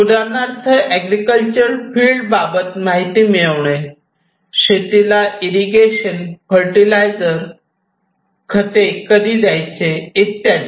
उदाहरणार्थ agriculture field बाबत माहिती मिळवणे शेतीला इरिगेशन फर्टीलायझर खते कधी द्यायचे इत्यादी